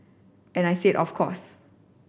and I said of course